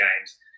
Games